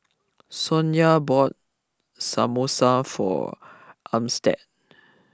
Sonya bought Samosa for Armstead